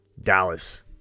Dallas